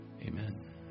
Amen